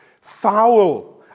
Foul